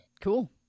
Cool